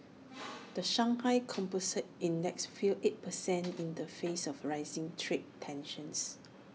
the Shanghai composite index fell eight percent in the face of rising trade tensions